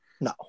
no